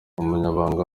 umunyamabanga